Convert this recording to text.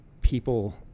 people